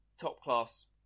top-class